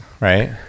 right